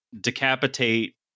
decapitate